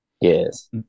Yes